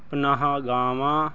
ਪਨਾਹਗਾਹਾਂ